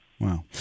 Wow